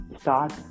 start